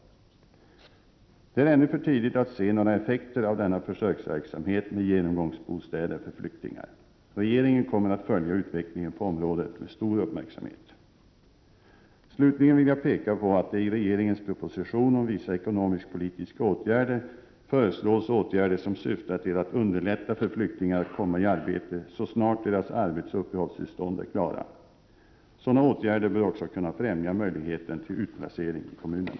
Det är ännu för tidigt att se några effekter av denna försöksverksamhet med genomgångsbostäder för flyktingar. Regeringen kommer att följa utvecklingen på området med stor uppmärksamhet. Slutligen vill jag peka på att det i regeringens proposition om vissa ekonomisk-politiska åtgärder föreslås åtgärder som syftar till att underlätta för flyktingar att komma i arbete så snart deras arbetsoch uppehållstillstånd är klara. Sådana åtgärder bör också kunna främja möjligheten till utplacering i kommunerna.